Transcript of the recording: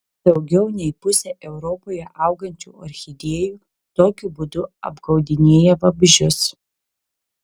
daugiau nei pusė europoje augančių orchidėjų tokiu būdu apgaudinėja vabzdžius